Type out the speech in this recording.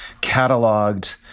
cataloged